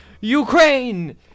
Ukraine